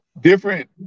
different